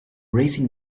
racing